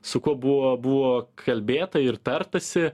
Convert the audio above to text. su kuo buvo buvo kalbėta ir tartasi